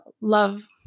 love